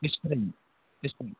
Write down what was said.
fish ஃப்ரையும்